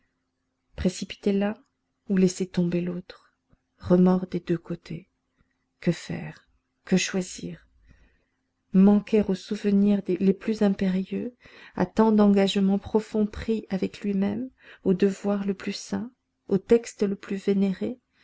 précipiter l'un ou laisser tomber l'autre remords des deux côtés que faire que choisir manquer aux souvenirs les plus impérieux à tant d'engagements profonds pris avec lui-même au devoir le plus saint au texte le plus vénéré